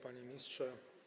Panie Ministrze!